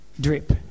drip